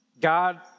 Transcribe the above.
God